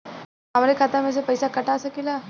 हमरे खाता में से पैसा कटा सकी ला?